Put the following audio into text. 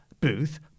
Booth